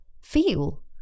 feel